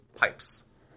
pipes